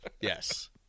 Yes